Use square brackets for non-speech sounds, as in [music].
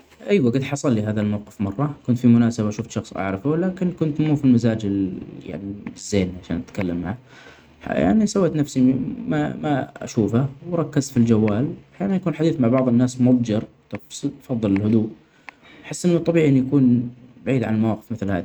أيوه حصلي هذا الموقف مرة كنت في مناسبة ،وشفت شخص أعرفه لكن كنت مو في المزاج ال [hesitation] زين عشان أتكلم معاه يعني، سويت نفسي ما [hesitation] ما أشوفه ،وركزت في الجوال يعني يكون حديث بعض الناس مضجر. [hesitation] أفضل الهدوء أحس أنه طبيعي أكون بعيد عن المواقف مثل هادي.